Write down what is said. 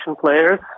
players